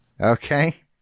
Okay